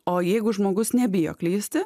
o jeigu žmogus nebijo klysti